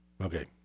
Okay